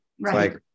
Right